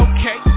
Okay